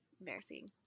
embarrassing